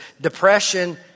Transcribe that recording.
Depression